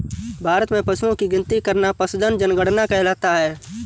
भारत में पशुओं की गिनती करना पशुधन जनगणना कहलाता है